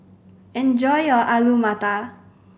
enjoy your Alu Matar